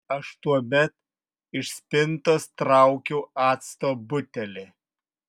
aš tuomet iš spintos traukiau acto butelį